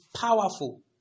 powerful